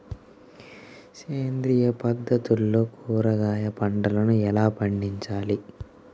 సేంద్రియ పద్ధతుల్లో కూరగాయ పంటలను ఎలా పండించాలి?